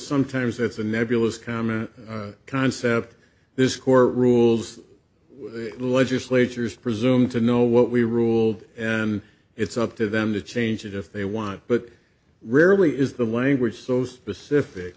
sometimes it's a nebulous common concept this court rules legislatures presume to know what we ruled and it's up to them to change it if they want but rarely is the language so specific